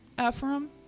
Ephraim